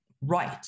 right